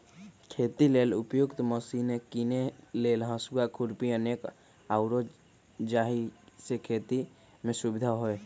खेती लेल उपयुक्त मशिने कीने लेल हसुआ, खुरपी अनेक आउरो जाहि से खेति में सुविधा होय